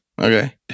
Okay